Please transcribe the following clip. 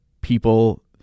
people